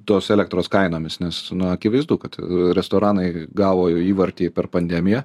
tos elektros kainomis nes na akivaizdu kad restoranai gavo įvartį per pandemiją